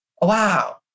Wow